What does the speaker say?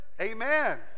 amen